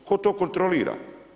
Tko to kontrolira?